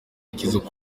icyizere